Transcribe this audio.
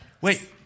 Wait